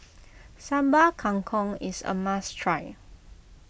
Sambal Kangkong is a must try